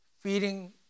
feeding